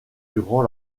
durant